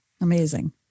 Amazing